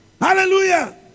Hallelujah